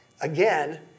again